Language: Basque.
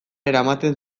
eramaten